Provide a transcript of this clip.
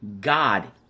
God